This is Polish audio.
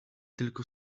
tylko